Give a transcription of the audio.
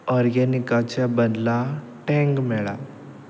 ऑर्गॅनिकाच्या बदला टँग मेळ्ळा